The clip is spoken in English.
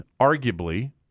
arguably